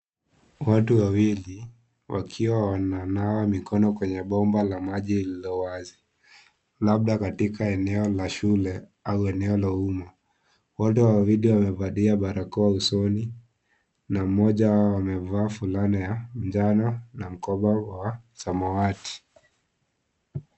Watu wawili wakiwa wananawa mikono kwenye bomba la maji lililo wazi, labda, katika eneo la shule au eneo la umma, wote wawili wamevalia barakoa usoni na mmoja wao amevaa fulana ya njano, na mkoba wa, samawati.